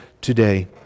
today